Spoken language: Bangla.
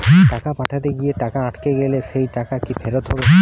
টাকা পাঠাতে গিয়ে টাকা আটকে গেলে সেই টাকা কি ফেরত হবে?